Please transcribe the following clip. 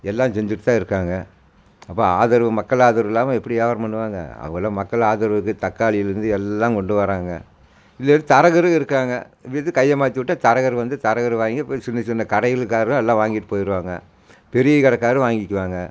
எல்லாம் செஞ்சிகிட்டு தான் இருக்காங்க அப்போ ஆதரவு மக்கள் ஆதரவு இல்லாமல் எப்படி வியாபாரம் பண்ணுவாங்க அவங்க எல்லாம் மக்கள் ஆதரவு இருக்குது தக்காளியில் இருந்து எல்லாம் கொண்டு வராங்க இதுலே தரகரும் இருக்காங்கள் கையை மாற்றி விட்டா தரகர் வந்து தரகர் வாங்கி போயி சின்ன சின்ன கடைகளுக்காரும் எல்லாம் வாங்கிட்டு போயிருவாங்க பெரிய கடைக்காரர் வாங்கிக்குவாங்க